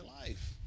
life